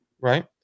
Right